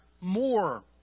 more